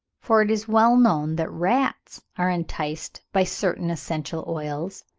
for it is well known that rats are enticed by certain essential oils,